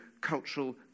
cultural